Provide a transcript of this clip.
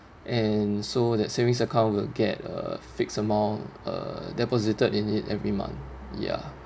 and so that savings account will get a fixed amount uh deposited in it every month ya